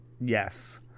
Yes